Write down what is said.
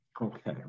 okay